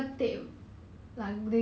mm